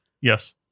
Yes